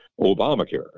Obamacare